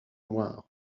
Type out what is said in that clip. noires